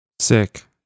sick